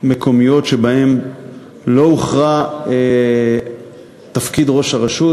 מקומיות שבהן לא הוכרע תפקיד ראש הרשות,